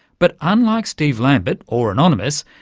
but unlike steve lambert or anonymous,